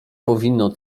powinno